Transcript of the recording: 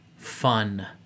Fun